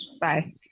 Bye